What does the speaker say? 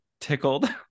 tickled